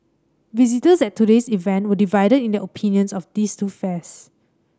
visitors at today's event were divided in their opinions of these two fairs